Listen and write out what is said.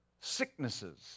sicknesses